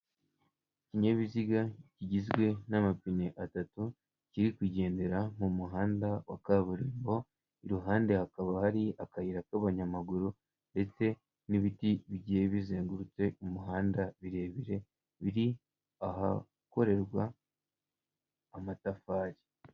Ikinyabiziga kigizwe n'amapine atatu, kiri kugendera mu muhanda wa kaburimbo, iruhande hakaba hari akayira k'abanyamaguru ndetse n'ibiti bigiye bizengurutse umuhanda birebire biri ahakorerwa amatafari.